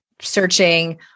searching